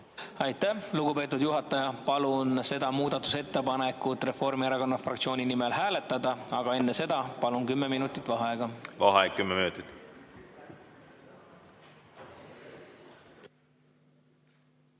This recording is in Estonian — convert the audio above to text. Aitäh, lugupeetud juhataja! Palun seda muudatusettepanekut Reformierakonna fraktsiooni nimel hääletada, aga enne seda palun kümme minutit vaheaega. Aitäh, lugupeetud